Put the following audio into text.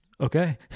okay